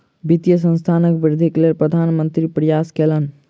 वित्तीय संस्थानक वृद्धिक लेल प्रधान मंत्री प्रयास कयलैन